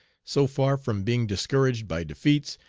so far from being discouraged by defeats,